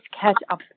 catch-up